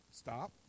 Stop